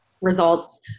results